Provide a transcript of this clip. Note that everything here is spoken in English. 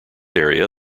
area